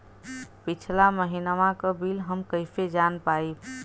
पिछला महिनवा क बिल हम कईसे जान पाइब?